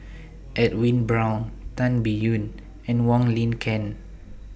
Edwin Brown Tan Biyun and Wong Lin Ken